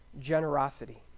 generosity